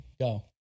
go